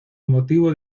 motivo